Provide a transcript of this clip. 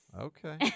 Okay